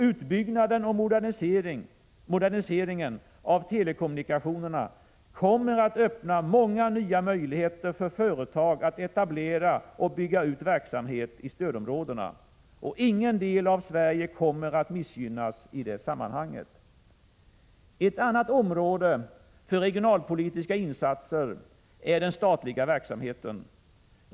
Utbyggnaden och moderniseringen av telekommunikationerna kommer att öppna många nya möjligheter för företag att etablera och bygga ut verksamhet i stödområdena. Ingen del av Sverige kommer att missgynnas i det sammanhanget. Ett annat område för regionalpolitiska insatser är den statliga verksamheten.